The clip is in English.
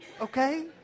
okay